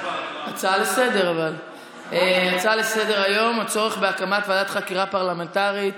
להצעה לסדר-היום בנושא: הצורך בהקמת ועדת חקירה פרלמנטרית